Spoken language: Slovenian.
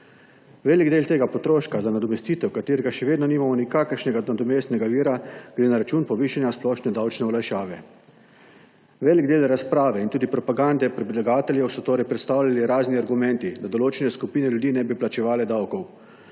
Velik del tega potroška, za nadomestitev katerega še vedno nimamo nikakršnega nadomestnega vira, gre na račun povišanja splošne davčne olajšave. Velik del razprave in tudi propagande predlagateljev so torej predstavljali razni argumenti, da določene skupine ljudi ne bi plačevale davkov,